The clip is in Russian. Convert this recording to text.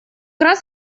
раз